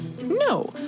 No